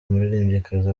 umuririmbyikazi